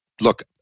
Look